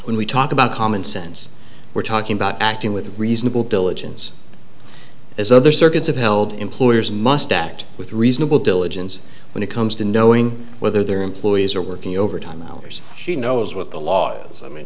when we talk about common sense we're talking about acting with reasonable diligence as other circuits have held employers must act with reasonable diligence when it comes to knowing whether their employees are working overtime hours she knows what the law is i mean